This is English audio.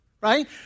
right